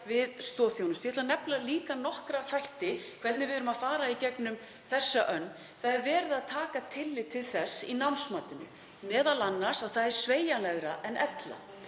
við stoðþjónustu. Ég ætla líka að nefna nokkra þætti í því hvernig við erum að fara í gegnum þessa önn. Það er verið að taka tillit til þess í námsmatinu, m.a. með því að það er sveigjanlegra en ella.